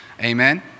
Amen